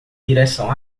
direção